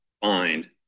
find